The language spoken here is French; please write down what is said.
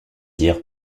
dire